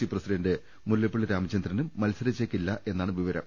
C president Mullappally രാമച ന്ദ്രനും മത്സരിച്ചേക്കില്ല എന്നാണ് വിവരം